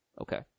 Okay